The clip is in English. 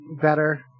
better